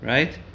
Right